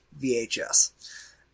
VHS